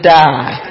die